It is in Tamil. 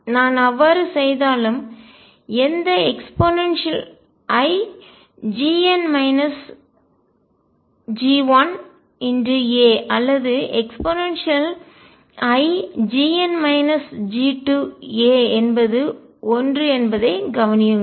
நான் அவ்வாறு செய்தாலும் எந்த eia அல்லது eia என்பது 1 என்பதையும் கவனியுங்கள்